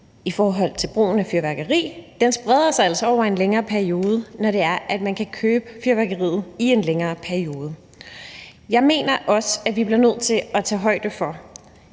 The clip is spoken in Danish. i forhold til brugen af fyrværkeri. Den spreder sig altså over en længere periode, når man kan købe fyrværkeriet i en længere periode. Jeg mener også, at vi bliver nødt til at tage højde for